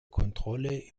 kontrolle